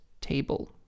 table